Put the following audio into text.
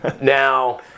Now